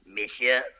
Monsieur